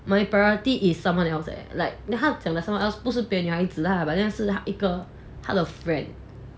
my priority is someone else eh like 他讲的 someone else 他讲的不是别的女孩子 but then 是一个他的 friend